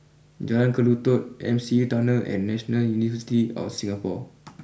Jalan Kelulut M C E Tunnel and National University of Singapore